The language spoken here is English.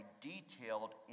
detailed